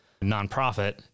nonprofit